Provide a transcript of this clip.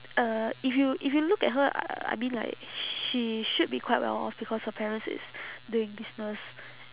uh if you if you look at her uh I mean like she should be quite well off because her parents is doing business